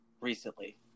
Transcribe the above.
recently